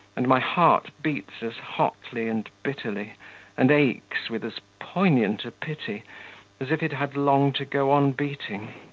and my heart beats as hotly and bitterly and aches with as poignant a pity as if it had long to go on beating,